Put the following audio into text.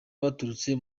baturutse